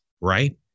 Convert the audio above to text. right